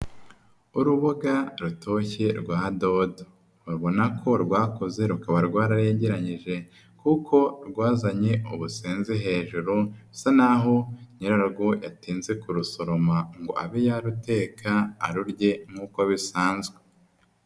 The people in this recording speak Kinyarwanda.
Uruboga rutoshye rwa dodo. Ubona ko rwakuze rukaba rwararegeranyije kuko rwazanye ubusenzi hejuru bisa naho nyirargo yatinze kurusoroma ngo abe yaruteka arurye nk'uko bisanzwe.